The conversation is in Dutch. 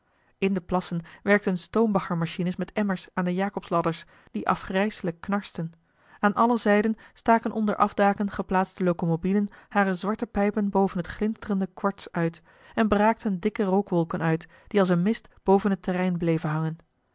in de plassen werkten stoombaggermachines met emmers aan de jacobsladders die afgrijselijk knarsten aan alle zijden staken onder afdaken geplaatste locomobielen hare zwarte pijpen boven het glinsterende kwarts uit en braakten dikke rookwolken uit die als een mist boven het terrein bleven hangen